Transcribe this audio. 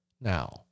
now